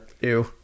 Ew